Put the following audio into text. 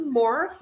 more